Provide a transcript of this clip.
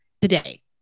today